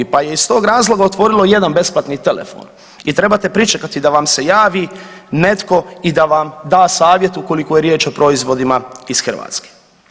Pa je iz tog razloga otvorilo i jedan besplatni telefon i trebate pričekati da vam se javi netko i da vam da savjet ukoliko je riječ o proizvodima iz Hrvatske.